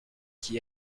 qui